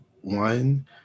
one